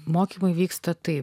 mokymai vyksta taip